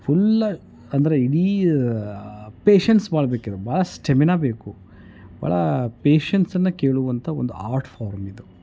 full ಅಂದರೆ ಇಡೀ patience ಮಾಡ್ಬೇಕು ಇದು ಭಾಳ ಸ್ಟೆಮಿನ ಬೇಕು ಭಾಳ ಪೇಷನ್ಸನ್ನು ಕೇಳುವಂತ ಒಂದು ಆರ್ಟ್ ಫಾರ್ಮ್ ಇದು